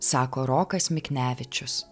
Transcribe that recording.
sako rokas miknevičius